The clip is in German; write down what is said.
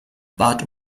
bat